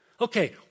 Okay